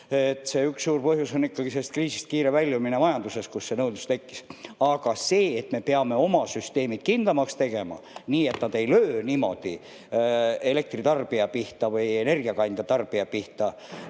Üks suur põhjus on ikkagi sellest kriisist kiire väljumine majanduses, kus see nõudlus tekkis. Aga see, et me peame oma süsteemid kindlamaks tegema, nii et nad ei lööks niimoodi elektri tarbija pihta või energiakandja tarbija pihta,